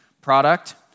product